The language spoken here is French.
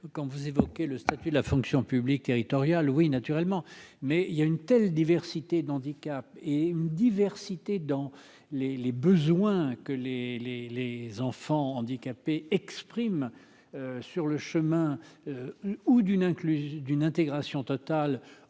quand vous évoquez le statut de la fonction publique territoriale oui naturellement, mais il y a une telle diversité d'handicap et une diversité dans les les besoins que les les les enfants handicapés exprime sur le chemin ou d'une inclusion d'une intégration